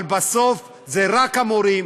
אבל בסוף אלה רק המורים,